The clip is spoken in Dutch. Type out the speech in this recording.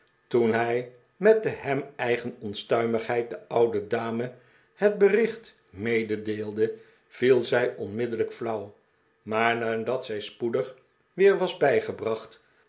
toen hij met de hem eigen onstuimigheid de oude dame het bericht meedeelde viel zij onmiddellijk flauw maar nadat zij spoedig weer was bijgebracht